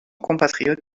compatriote